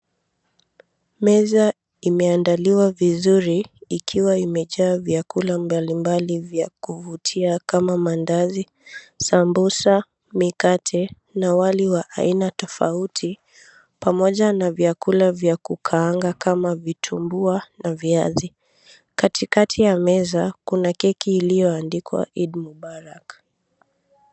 Meza imeandaliwa vizuri ikiwa imejaa vyakula mbalimbali vya kuvutia kama mandazi, sambusa, mikate, na wali wa aina tofauti pamoja na vyakula vya kukaanga kama vitumbua na viazi. Katikati ya meza kuna keki iliyoandikwa, Eid Mubarak.